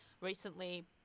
recently